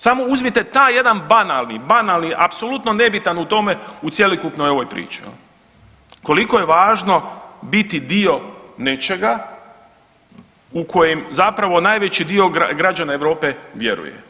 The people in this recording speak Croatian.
Samo uzmite taj jedan banalni, banalni apsolutno nebitan u tome u cjelokupnoj ovoj priči jel, koliko je važno biti dio nečega u kojem zapravo najveći dio građana Europe vjeruje.